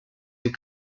des